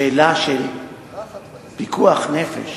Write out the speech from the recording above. שאלה של פיקוח נפש